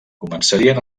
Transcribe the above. començarien